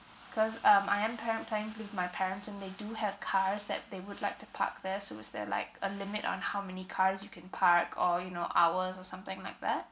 cause um I'm pare~ planning to live with my parents and they do have cars that they would like to park there so is there like a limit on how many cars you can park or you know hours or something like that